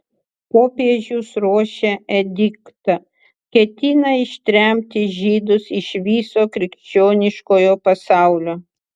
popiežius ruošia ediktą ketina ištremti žydus iš viso krikščioniškojo pasaulio